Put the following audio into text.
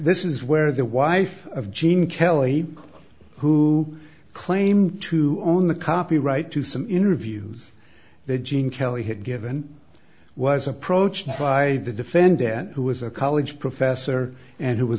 this is where the wife of gene kelly who claimed to own the copyright to some interviews that gene kelly had given was approached by the defendant who was a college professor and who was